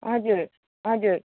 हजुर हजुर